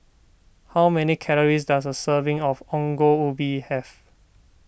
how many calories does a serving of Ongol Ubi have